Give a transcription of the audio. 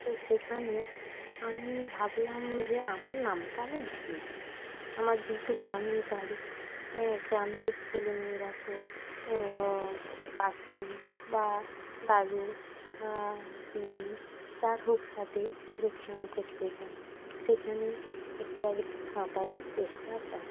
তো সেখানে আমি ভাবলাম যে আমার নামটা আমি দিয়ে দিই আমার যেহেতু গ্রামেই বাড়ি গ্রামের ছেলে মেয়েরা তো কাকু বা দাদু দিদি যার হোক সাতে পুকুরে স্নান করতে যায় সেখানে একটু আধটু সাঁতারের চেষ্টা করে